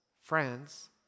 friends